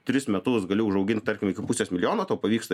tris metus gali užaugint tarkim iki pusės milijono tau pavyksta